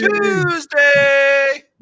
Tuesday